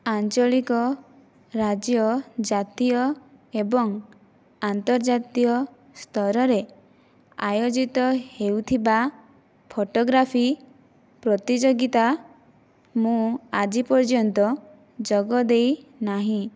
ଆଞ୍ଚଳିକ ରାଜ୍ୟ ଜାତୀୟ ଏବଂ ଅନ୍ତର୍ଜାତୀୟ ସ୍ତରରେ ଆୟୋଜିତ ହେଉଥିବା ଫଟୋଗ୍ରାଫି ପ୍ରତିଯୋଗିତା ମୁଁ ଆଜିପର୍ଯ୍ୟନ୍ତ ଯୋଗଦେଇନାହିଁ